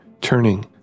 turning